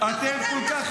אדוני.